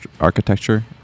architecture